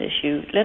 issue